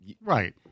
right